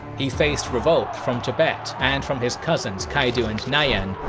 he faced revolt from tibet and from his cousins kaidu and nayan,